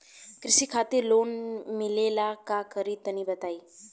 कृषि खातिर लोन मिले ला का करि तनि बताई?